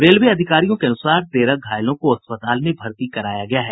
railway अधिकारियों के अनुसार तेरह घायलों को अस्पताल में भर्ती कराया गया है